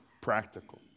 practical